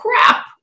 crap